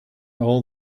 all